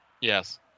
Yes